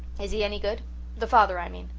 is he any good the father, i mean?